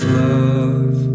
love